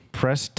press